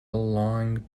long